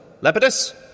Lepidus